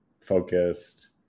focused